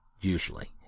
usually